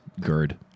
GERD